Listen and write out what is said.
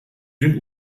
den